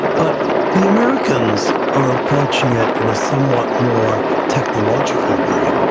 but the americans are approaching it in a somewhat more technological way,